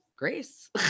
grace